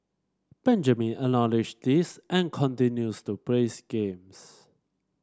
Benjamin acknowledge this and continues to plays games